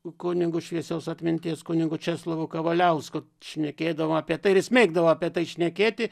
kunigu šviesios atminties kunigu česlovu kavaliausku šnekėdavom apie tai ir jis mėgdavo apie tai šnekėti